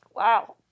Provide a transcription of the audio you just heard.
Wow